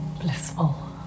Blissful